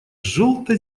желто